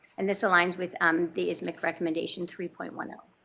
and this aligns with um the ismicc recommendation three point one zero.